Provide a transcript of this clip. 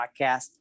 podcast